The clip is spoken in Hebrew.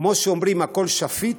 כמו שאומרים הכול שפיט,